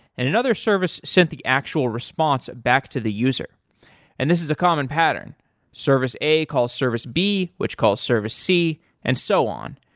and another service sent the actual response back to the user and this is a common pattern service a calls service b, which calls service c and so on.